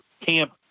camp